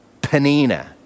Panina